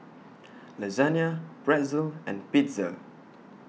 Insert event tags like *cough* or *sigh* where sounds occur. *noise* Lasagne Pretzel and Pizza